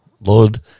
Lord